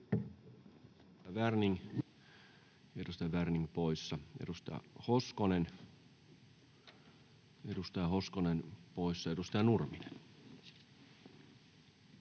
Edustaja Hoskonen, edustaja Hoskonen poissa. — Edustaja Nurminen.